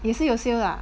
也是有 sale ah